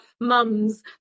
mums